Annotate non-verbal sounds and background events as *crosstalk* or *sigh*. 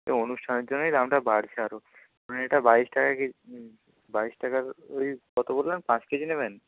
এই অনুষ্ঠানের জন্যই দামটা বাড়ছে আরও মানে এটা বাইশ টাকা *unintelligible* বাইশ টাকা *unintelligible* ওই কতো বললেন পাঁচ কেজি নেবেন